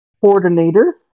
coordinator